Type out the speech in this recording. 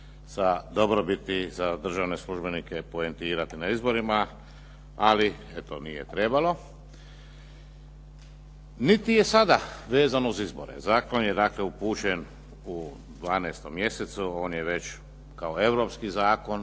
sa dobrobiti za državne službenike poentirati na izborima, ali eto, nije trebalo. Niti je sada vezan uz izbore. Zakon je dakle upućen u 12. mjesecu, on je već kao europski zakon,